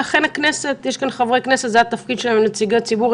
יש כאן חברי כנסת ונציגי ציבור,